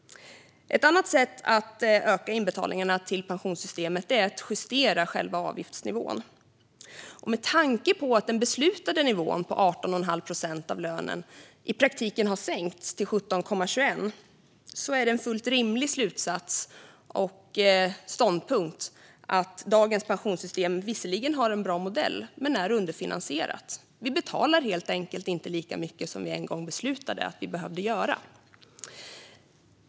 Ett annat sätt att öka inbetalningarna till pensionssystemet är att justera själva avgiftsnivån. Med tanke på att den beslutade avgiften på 18,5 procent av lönen i praktiken har sänkts till 17,21 procent är det en fullt rimlig slutsats och ståndpunkt att dagens pensionssystem visserligen har en bra modell men är underfinansierat. Vi betalar helt enkelt inte lika mycket som vi en gång beslutade att vi behövde göra.